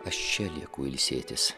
aš čia lieku ilsėtis